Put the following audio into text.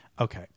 Okay